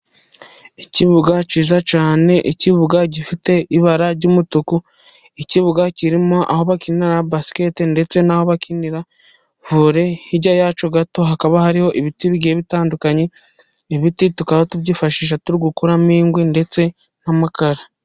Ikibuga cyiza cyane, ikibuga gifite ibara ry'umutuku. Ikibuga kirimo aho bakinira basiketi ndetse n'aho bakinira vore. Hirya yacyo gato hakaba hariho ibiti bitandukanye. Ibiti tukaba tubyifashisha turi gukuramo inkwi ndetse n'amakara.